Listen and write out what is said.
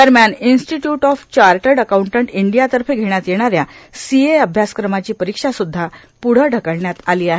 दरम्यान institute of chartered accountants इंडियातर्फे घेण्यात येणाऱ्या सीए अभ्यासक्रमाची परीक्षासुद्धा पुढं ढकलण्यात आली आहे